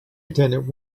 attendant